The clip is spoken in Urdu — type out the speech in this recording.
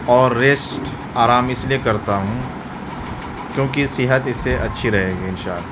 اور ریسٹ آرام اس لیے کرتا ہوں کیوں کہ صحت اس سے اچھی رہے گی ان شاء اللہ